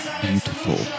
beautiful